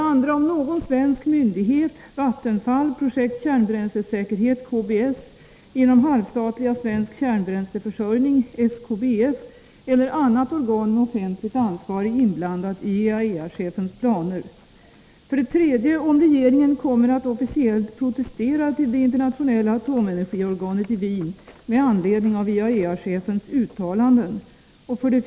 Är någon svensk myndighet, Vattenfall, Projekt Kärnbränslesäkerhet inom halvstatliga Svensk Kärnbränsleförsörjning AB eller annat organ med offentligt ansvar inblandade i IAEA-chefens planer? 3. Kommer regeringen att officiellt protestera hos det internationella atomenergiorganet i Wien med anledning av IAEA-chefens uttalanden? 4.